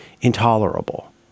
intolerable